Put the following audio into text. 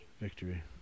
Victory